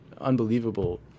unbelievable